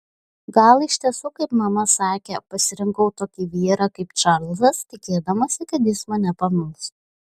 gal iš tiesų kaip mama sakė pasirinkau tokį vyrą kaip čarlzas tikėdamasi kad jis mane pamils